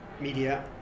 media